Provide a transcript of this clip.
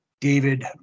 David